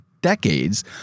decades